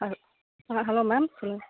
ஆ hello ma'am சொல்லுங்கள்